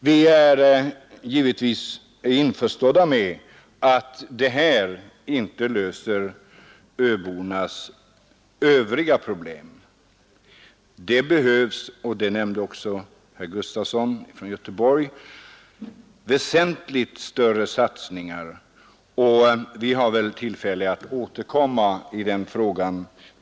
Vi är givetvis införstådda med att det inte löser öbornas övriga problem. Det behövs — det nämnde också herr Gustafson i Göteborg — väsentligt större satsningar; vi får väl tillfälle att återkomma i den frågan.